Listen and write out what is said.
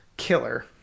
killer